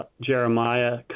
Jeremiah